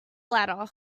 latter